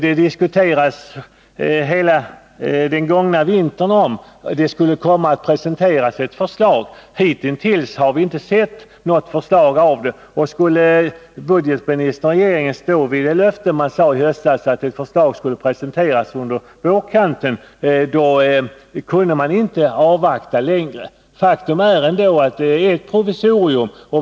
Hela vintern diskuterades det om att det skulle presenteras ett förslag, men hitintills har vi inte sett till något. Skulle budgetministern och regeringen stå fast vid löftet från i höstas om att ett förslag skulle presenteras på vårkanten, kunde man inte avvakta längre. Faktum är att det rör sig om ett provisorium.